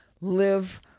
live